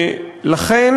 לכן,